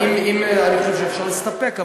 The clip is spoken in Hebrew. אני חושב שאפשר להסתפק,